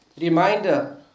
reminder